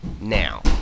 now